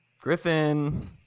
Griffin